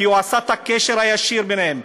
והוא עשה את הקשר הישיר ביניהם.